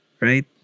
right